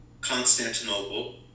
Constantinople